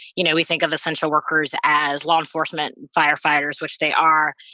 you know we think of essential workers as law enforcement, firefighters, which they are,